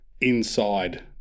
inside